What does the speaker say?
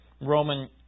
Roman